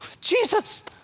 Jesus